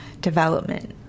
development